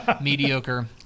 mediocre